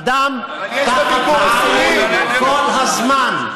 אדם תחת עין כל הזמן.